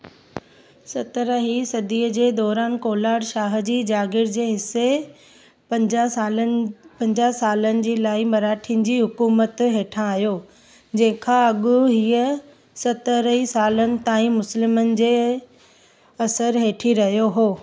सत्रही सदीअ जे दौरानि कोलार शाहजी जागीर जे हिसे पंजाह सालनि पंजाह सालनि जी लाइ मराठिनि जी हुकूमत हेठां आहियो जंहिंखां अॻु हीअ सतरि सालनि ताईं मुसलिमनि जे असरु हेठि रहियो हो